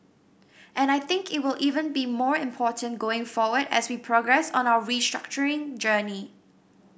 and I think it will even be more important going forward as we progress on our restructuring journey